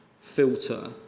filter